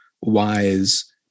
wise